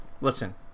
Listen